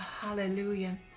Hallelujah